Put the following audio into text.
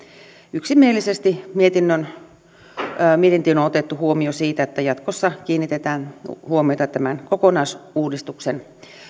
yksimielisesti mietintöön on otettu huomio siitä että jatkossa kiinnitetään huomiota tämän kokonaisuudistuksen